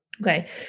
Okay